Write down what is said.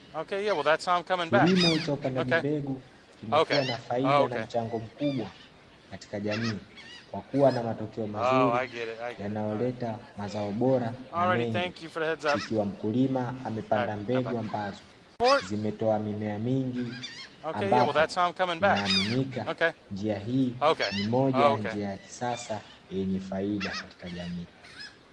Kilimo cha upandaji mbegu kimekuwa na faida na mchango mkubwa katika jamii kwa kuwa na matokeo mazuri yanayoleta mazao bora na mengi ikiwa mkulima amepanda mbegu ambazo zimetoa mimea mingi, ambapo inaaminika njia hii ni moja ya njia ya kisasa yenye faida katika jamii.